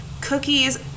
cookies